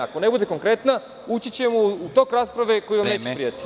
Ako ne bude konkretna ući ćemo u tok rasprave koji vam neće prijati.